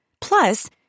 Plus